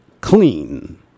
clean